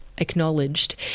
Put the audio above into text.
Acknowledged